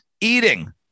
eating